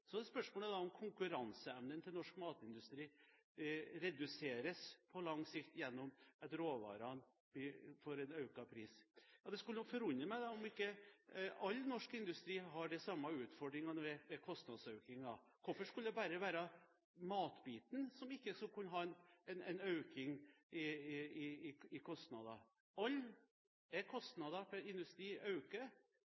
Så er spørsmålet om konkurranseevnen til norsk matindustri reduseres på lang sikt gjennom at råvarene får en økt pris. Det skulle forundre meg om ikke all norsk industri har de samme utfordringene når det gjelder kostnadsøkninger. Hvorfor skulle det bare være matbiten som ikke kunne ha en økning i kostnader? Alle kostnader i